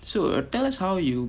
so uh tell us how you